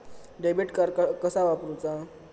Debit card कसा वापरुचा?